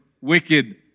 wicked